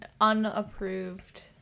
unapproved